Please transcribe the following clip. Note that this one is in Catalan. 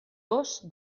dos